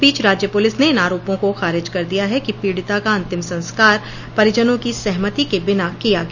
इस बीच राज्य पुलिस ने इन आरोपों को खारिज कर दिया है कि पीडिता का अतिम संस्कार परिजनों की सहमति के बिना किया गया